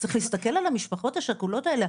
צריך להסתכל על המשפחות השכולות האלה,